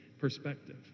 perspective